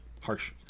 Harsh